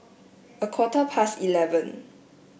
a quarter past eleven